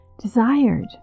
desired